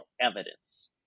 evidence